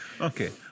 Okay